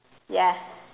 yes